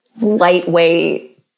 lightweight